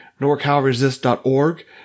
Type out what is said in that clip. NorCalResist.org